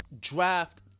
draft